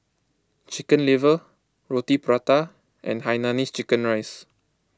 Chicken Liver Roti Prata and Hainanese Chicken Rice